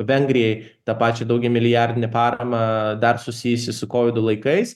vengrijai tą pačią daugiamilijardinę paramą dar susijusi su kovido laikais